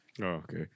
Okay